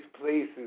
places